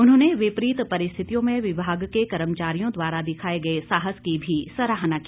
उन्होंने विपरीत परिस्थितियों में विभाग के कर्मचारियों द्वारा दिखाए गए साहस की भी सराहना की